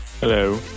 Hello